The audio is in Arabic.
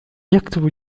يكتب